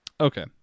Okay